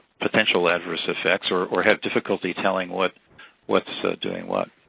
potential adverse effects or or have difficulty telling what's what's so doing what.